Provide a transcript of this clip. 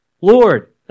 Lord